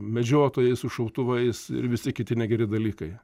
medžiotojai su šautuvais ir visi kiti negeri dalykai